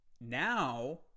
Now